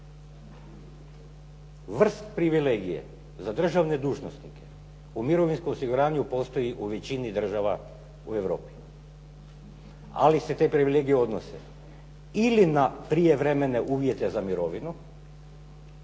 Vrst privilegije, za državne dužnosnike u mirovinskom osiguranju postoji u većini država u Europi. Ali se te privilegije odnose ili na prijevremene uvjete za mirovinu